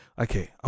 Okay